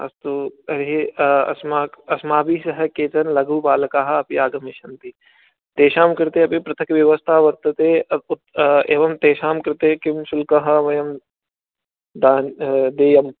अस्तु तर्हि अस्मा अस्माभिः सह केचन लघु बालकाः अपि आगमिष्यन्ति तेषां कृते अपि पृथक् व्यवस्था वर्तते प् एवं तेषां कृते किं शुल्कः वयं देयं